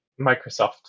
Microsoft